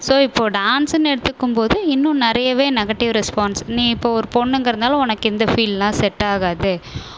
so இப்போது டான்ஸுனு எடுத்துக்கும் போது இன்னும் நிறையவே நெகட்டிவ் ரெஸ்பான்ஸ் நீ இப்போ ஒரு பொண்ணுங்கிறதால உனக்கு இந்த ஃபீல்ட்லாம் செட் ஆகாது